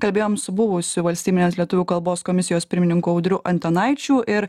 kalbėjome su buvusiu valstybinės lietuvių kalbos komisijos pirmininku audriu antanaičiu ir